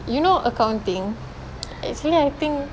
you know accounting actually I think